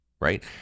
right